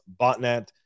botnet